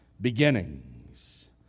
beginnings